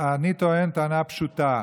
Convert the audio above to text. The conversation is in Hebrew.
אני טוען טענה פשוטה,